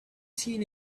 seen